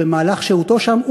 או במהלך שהותו שם,